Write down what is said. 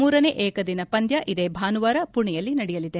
ಮೂರನೇ ಏಕದಿನ ಪಂದ್ಯ ಇದೇ ಭಾನುವಾರ ಪುಣೆಯಲ್ಲಿ ನಡೆಯಲಿದೆ